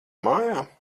mājā